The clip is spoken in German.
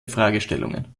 fragestellungen